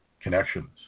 connections